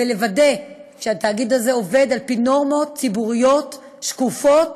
ולוודא שהתאגיד הזה עובד על פי נורמות ציבוריות שקופות,